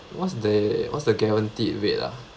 what's the what's the guaranteed rate ah